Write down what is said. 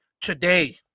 today